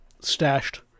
Stashed